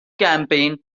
campaign